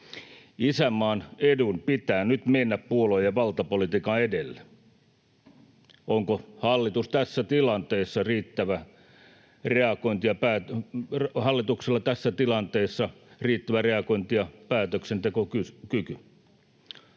Isänmaan edun pitää nyt mennä puolue- ja valtapolitiikan edelle. Onko hallituksella tässä tilanteessa riittävä reagointi- ja päätöksentekokyky?